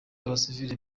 abasivili